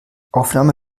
aufnahme